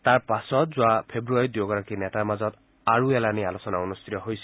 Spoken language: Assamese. তাৰ পাছত যোৱা ফেব্ৰুৱাৰীতে দুয়ুগৰাকী নেতাৰ মাজত আৰু এলানি আলোচনা অনুষ্ঠিত হৈছিল